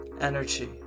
Energy